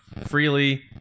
freely